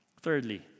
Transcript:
Thirdly